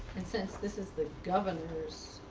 and since this is the governor's